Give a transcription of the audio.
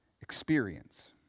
experience